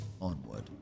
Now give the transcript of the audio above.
onward